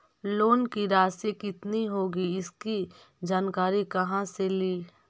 Loan की रासि कितनी होगी इसकी जानकारी कहा से ली?